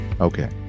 Okay